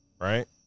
Right